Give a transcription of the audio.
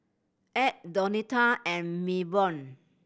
Edd Donita and Milburn